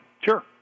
Sure